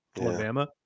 Alabama